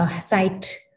site